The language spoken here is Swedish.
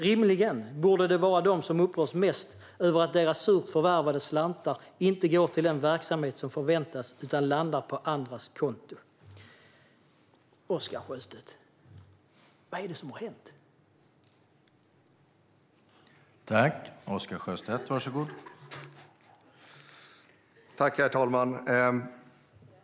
Rimligen borde det vara de som upprörs mest över att deras surt förvärvade slantar inte går till den verksamhet som förväntas utan landar på andras konton. Vad är det som har hänt, Oscar Sjöstedt?